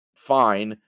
fine